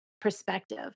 perspective